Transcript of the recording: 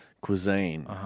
cuisine